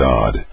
God